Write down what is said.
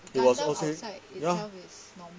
it was outside ya